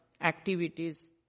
activities